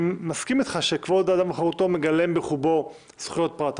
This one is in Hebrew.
אני מסכים אתך שחוק יסוד: כבוד האדם וחירותו מגלם בחובו זכויות פרט,